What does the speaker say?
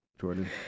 Jordan